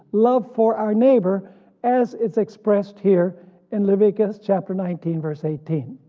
love for our neighbor as it's expressed here in leviticus chapter nineteen verse eighteen.